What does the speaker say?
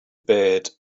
bed